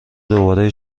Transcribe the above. دوباره